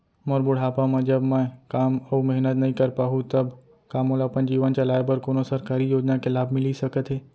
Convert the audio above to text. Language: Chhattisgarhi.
मोर बुढ़ापा मा जब मैं काम अऊ मेहनत नई कर पाहू तब का मोला अपन जीवन चलाए बर कोनो सरकारी योजना के लाभ मिलिस सकत हे?